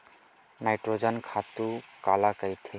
Nitrogen खातु काला कहिथे?